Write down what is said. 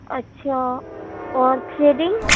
اچھا اور تھریڈنگ